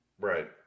Right